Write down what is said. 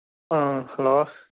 ꯑ ꯍꯂꯣ